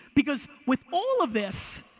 because with all of this,